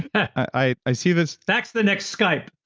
i i see this. that's the next skype.